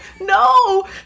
no